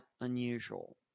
unusual